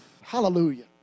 Hallelujah